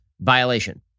violation